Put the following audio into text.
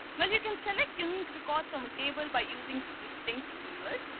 well, you can select unique records from a table by using the distinct keyword.